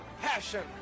passion